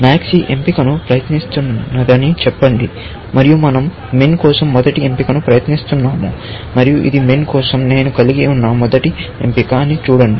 MAX ఈ ఎంపికను ప్రయత్నిస్తుందని చెప్పండి మరియు మనం MIN కోసం మొదటి ఎంపికను ప్రయత్నిస్తాము మరియు ఇది MIN కోసం నేను కలిగి ఉన్న మొదటి ఎంపిక అని చూడండి